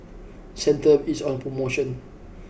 centrum is on promotion